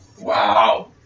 Wow